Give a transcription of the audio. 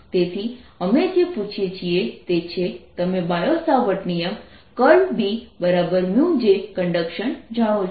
તેથી અમે જે પૂછીએ છીએ તે છે તમે બાયો સાવર્ટ નિયમ × BμJconductionજાણો છો